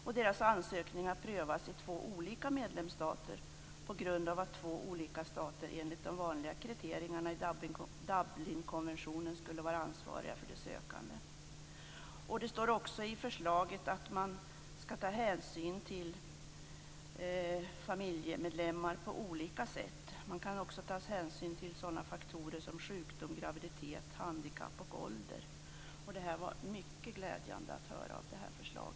Men deras ansökningar prövas i två olika medlemsstater på grund av att två stater enligt de vanliga kriterierna i Dublinkonventionen skall vara ansvariga för de sökande. Det står också i förslaget att hänsyn skall tas på olika sätt till familjemedlemmarna, t.ex. sådana faktorer som sjukdom, graviditet, handikapp och ålder. Det var glädjande att få höra detta förslag.